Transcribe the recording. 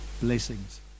Blessings